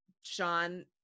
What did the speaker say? Sean